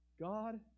God